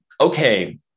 Okay